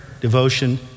devotion